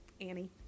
Annie